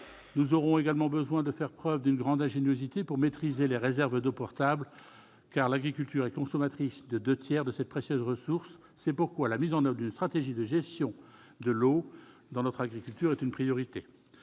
Nous aurons également besoin de faire preuve d'une grande ingéniosité pour maîtriser les réserves d'eau potable, car l'agriculture est consommatrice des deux tiers de cette précieuse ressource. C'est pourquoi la mise en oeuvre d'une stratégie de gestion active de l'eau dans l'agriculture est une priorité.